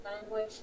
language